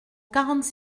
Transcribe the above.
quarante